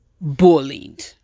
Bullied